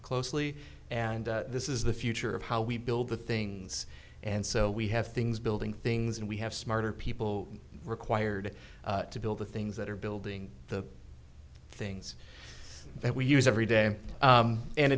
closely and this is the future of how we build the things and so we have things building things and we have smarter people required to build the things that are building the things that we use every day